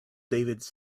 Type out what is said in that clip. david’s